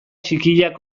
txikiak